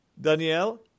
Danielle